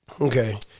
Okay